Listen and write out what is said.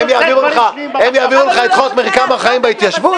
הם יעבירו לך את חוק מרקם החיים בהתיישבות?